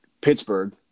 Pittsburgh